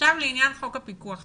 לעניין חוק הפיקוח.